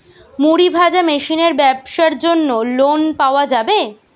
মুড়ি ভাজা মেশিনের ব্যাবসার জন্য লোন পাওয়া যাবে?